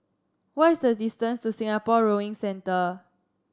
what is the distance to Singapore Rowing Centre